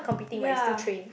ya